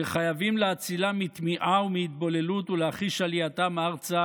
שחייבים להצילם מטמיעה ומהתבוללות ולהחיש עלייתם ארצה